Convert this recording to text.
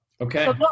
okay